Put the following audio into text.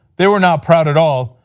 they were not proud at all.